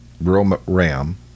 RAM